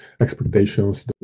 expectations